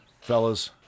Fellas